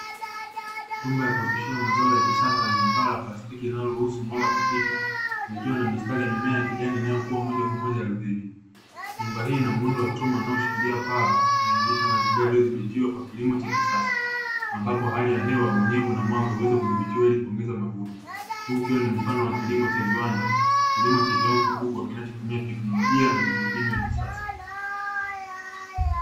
Nyumba ya kukuza mazao ya kisasa iliyoundwa na plastiki inayoruhusu mwanga kupita, ikiwa na mistari ya mimea ya kijani inayokua moja kwa moja ardhini. Nyumba hii ina muundo wa chuma unaoshikilia paa na inaonyesha mazingira yaliyodhibitiwa kwa kilimo cha kisasa, ambapo hali ya hewa, unyevu, na mwanga huweza kudhibitiwa ili kuongeza mavuno. Huku ikiwa ni mfano wa kilimo cha viwanda, kilimo cha jumla kikubwa kinachotumia teknolojia na mbinu mpya za kisasa.